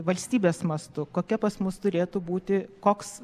valstybės mastu kokia pas mus turėtų būti koks